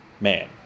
man